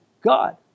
God